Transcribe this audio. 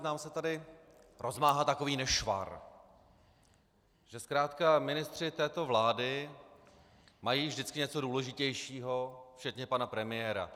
Nám se tady rozmáhá takový nešvar, že zkrátka ministři této vlády mají vždycky něco důležitějšího, včetně pana premiéra.